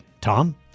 Tom